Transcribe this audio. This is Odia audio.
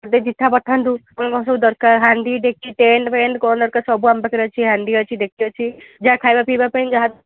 ଗୋଟିଏ ଚିଠା ପଠାନ୍ତୁ କ'ଣ କ'ଣ ସବୁ ଦରକାର ହାଣ୍ଡି ଡେକ୍ଚି ଟେଣ୍ଡ୍ ଫେଣ୍ଡ୍ କ'ଣ ଦରକାର ସବୁ ଆମ ପାଖରେ ଅଛି ହାଣ୍ଡି ଅଛି ଡେକ୍ଚି ଅଛି ଯାହା ଖାଇବା ପିଇବା ପାଇଁ ଯାହା